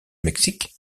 mexique